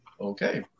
Okay